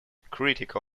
critique